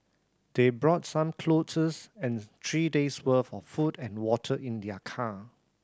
they brought some clothes and three days' worth of food and water in their car